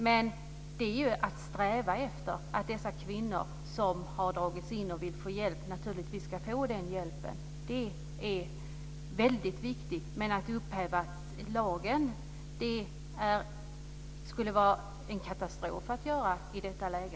Men strävan måste vara att de kvinnor som har dragits in och som vill få hjälp naturligtvis ska få den hjälpen. Det är väldigt viktigt. Men att upphäva lagen skulle vara en katastrof i detta läge.